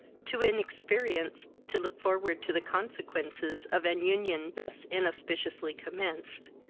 too inexperienced to look forward to the consequences of an union thus inauspiciously commenced,